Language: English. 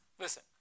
listen